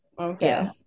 Okay